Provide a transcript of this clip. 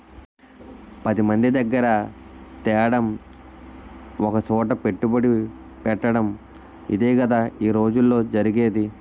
పదిమంది దగ్గిర తేడం ఒకసోట పెట్టుబడెట్టటడం ఇదేగదా ఈ రోజుల్లో జరిగేది